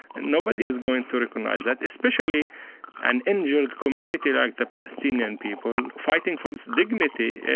and nobody's going to recognize that, especially an injured community like the palestinian people, fighting for its dignity.